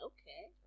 Okay